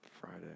Friday